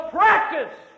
practice